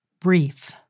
brief